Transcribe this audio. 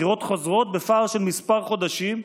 בחירות חוזרות בפער של כמה חודשים,